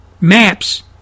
maps